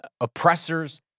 oppressors